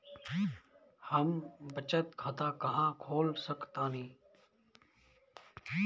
हम बचत खाता कहां खोल सकतानी?